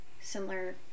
similar